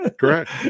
Correct